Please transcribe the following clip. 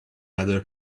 other